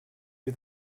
you